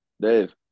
dave